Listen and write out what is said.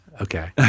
Okay